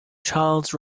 charles